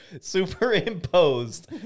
superimposed